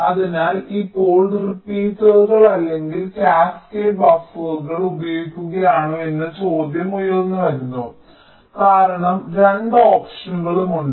അതിനാൽ ഇപ്പോൾ റിപ്പീറ്ററുകൾ അല്ലെങ്കിൽ കാസ്കേഡ് ബഫറുകൾ ഉപയോഗിക്കണോ എന്ന ചോദ്യം ഉയർന്നുവരുന്നു കാരണം രണ്ട് ഓപ്ഷനുകളും ഉണ്ട്